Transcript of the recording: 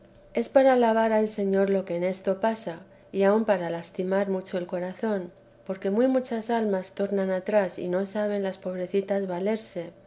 es para alabar al señor lo que en esto pasa y aun para lastimar mucho el corazón porque muy muchas almas tornan atrás que no saben las pobrecitas valerse